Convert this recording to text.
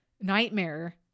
nightmare